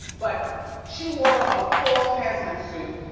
but she wore a full hazmat suit,